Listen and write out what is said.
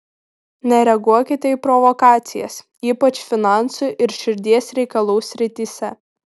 nereaguokite į provokacijas ypač finansų ir širdies reikalų srityse